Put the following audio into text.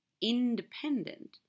independent